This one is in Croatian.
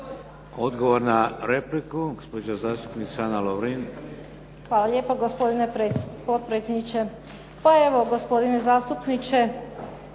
Odgovor na repliku, gospođa zastupnica Ana Lovrin. **Lovrin, Ana (HDZ)** Hvala lijepo gospodine potpredsjedniče. Pa evo gospodine zastupniče,